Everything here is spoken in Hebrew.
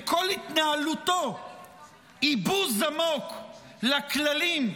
וכל התנהלותו היא בוז עמוק לכללים,